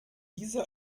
diese